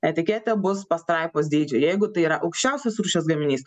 etiketė bus pastraipos dydžio jeigu tai yra aukščiausios rūšies gaminys